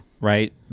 right